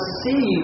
see